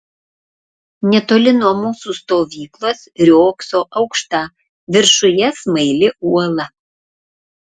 netoli nuo mūsų stovyklos riogso aukšta viršuje smaili uola